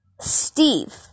steve